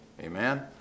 Amen